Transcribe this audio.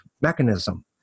mechanism